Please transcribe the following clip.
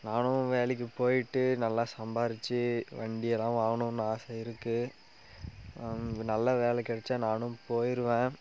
நானும் வேலைக்கு போய்ட்டு நல்லா சம்பாரித்து வண்டியெல்லாம் வாங்கணும்னு ஆசை இருக்கு நல்ல வேலை கெடைச்சா நானும் போயிடுவேன்